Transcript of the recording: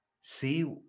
See